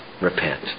repent